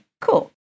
cool